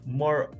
more